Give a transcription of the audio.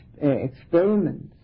experiments